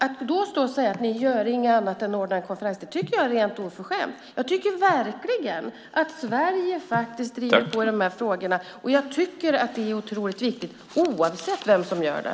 Att då stå och säga att vi inte gör någonting annat än att ordna en konferens tycker jag är rent oförskämt. Jag tycker verkligen att Sverige driver på i dessa frågor, och jag tycker att det är otroligt viktigt oavsett vem som gör det.